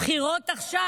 בחירות עכשיו.